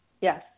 Yes